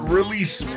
Release